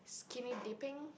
skinny dipping give